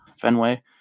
Fenway